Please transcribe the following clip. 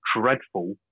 dreadful